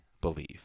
believe